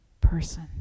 person